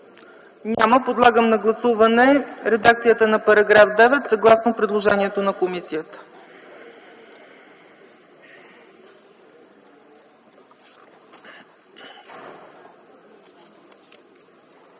Няма. Подлагам на гласуване редакцията на § 9, съгласно предложението на комисията.